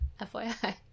fyi